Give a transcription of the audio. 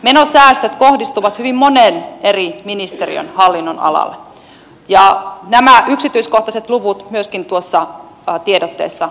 menosäästöt kohdistuvat hyvin monen eri ministeriön hallinnonalaan ja nämä yksityiskohtaiset luvut myöskin tuossa tiedotteessa kerrotaan